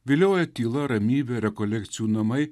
vilioja tyla ramybė rekolekcijų namai